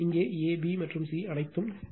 இங்கே ஒரு பி மற்றும் சி அனைத்தும் நிறை